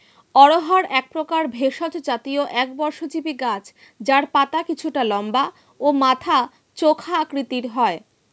অড়হর একপ্রকার ভেষজ জাতীয় একবর্ষজীবি গাছ যার পাতা কিছুটা লম্বা ও মাথা চোখা আকৃতির হয়